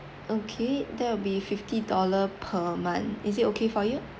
okay that'll be fifty dollars per month is it okay for you